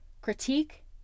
critique